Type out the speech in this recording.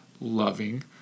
loving